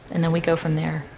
and then we go from there.